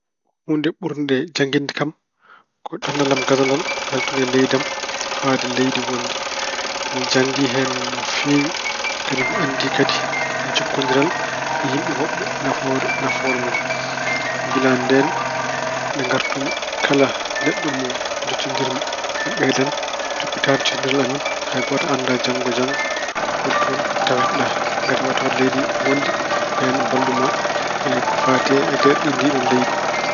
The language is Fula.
Huunde ɓurde jannginde kam ko ɗannal am gadanal, yaltude leydi am fayde leydi wonndi. Mi janngii hen no feewi kadi mi anndii kadi jokkondiral e yimɓe woɓɓe nafoo- nafoore mun. Kilaa ndeen nde ngartumi kala neɗɗo mo jotondirmi mi ɓeydan toppitaade jotondiral amin. Hay gooto anndaa janngo e janngo holtoon taweteɗa. Ngati aɗa waawi taweede leydi wonndi ɓeen mballu ma e ko fayti e geɗe ndiɗoon leydi.